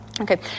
Okay